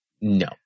No